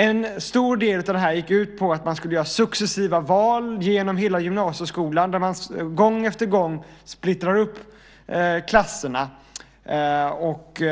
En stor del gick ut på att man skulle göra successiva val genom hela gymnasieskolan där man gång på gång splittrar upp klasserna och